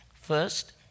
First